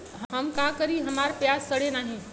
हम का करी हमार प्याज सड़ें नाही?